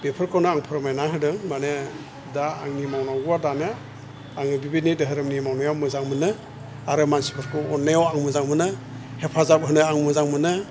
बेफोरखौनो आं फोरमायना हादों मानि दा आंनि मावनांगौ दानिया आंनि बेबायदि धोरोमनि मावनायाव मोजां मोनो आरो मानसिफोरखौ अननायाव आं मोजां मोनो हेफाजाब होनो आं मोजां मोनो